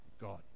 God